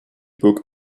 book